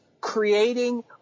creating